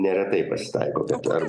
neretai pasitaiko dabar